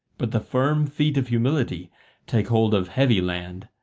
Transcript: but the firm feet of humility take hold of heavy land.